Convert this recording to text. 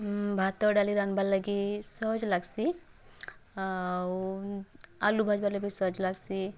ଭାତ ଡ଼ାଲି ରାନ୍ଧବାର୍ ଲାଗି ସହଜ ଲାଗ୍ସି ଆଉ ଆଲୁ ଭାଜ୍ବାର୍ ଲାଗି ବି ସହଜ ଲାଗ୍ସି